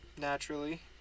naturally